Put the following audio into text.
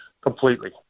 completely